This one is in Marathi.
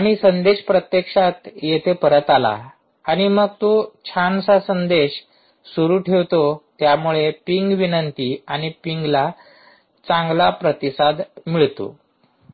आणि संदेश प्रत्यक्षात येथे परत आला आणि मग तो छानसा संदेश सुरु ठेवतो त्यामुळे पिंग विनंती आणि पिंगला चांगला प्रतिसाद मिळतो